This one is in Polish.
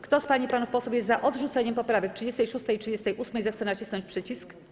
Kto z pań i panów posłów jest za odrzuceniem poprawek 36. i 38., zechce nacisnąć przycisk.